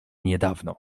niedawno